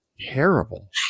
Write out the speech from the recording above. terrible